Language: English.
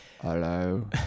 Hello